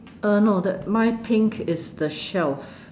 uh no the mine pink is the shelf